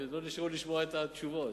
לא נשארו לשמוע את התשובות.